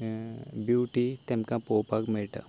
बिवटी तांकां पळोवपाक मेळटा